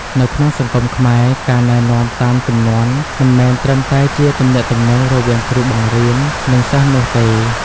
នៅក្នុងសង្គមខ្មែរ ការណែនាំតាមជំនាន់មិនមែនត្រឹមតែជាទំនាក់ទំនងរវាងគ្រូបង្រៀន និងសិស្សនោះទេ។